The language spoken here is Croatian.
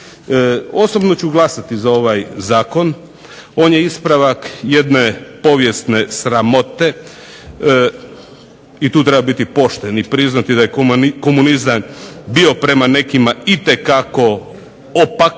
Osobno ću glasati za ovaj zakon. On je ispravak jedne povijesne sramote i tu treba biti pošten i priznati da je komunizam bio prema nekima itekako opak,